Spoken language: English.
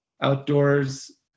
outdoors